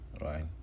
right